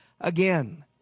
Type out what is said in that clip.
Again